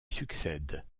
succède